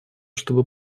чтобы